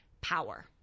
Power